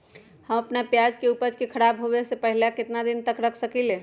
हम अपना प्याज के ऊपज के खराब होबे पहले कितना दिन तक रख सकीं ले?